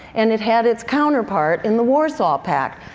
and it had its counterpart in the warsaw pact.